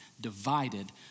divided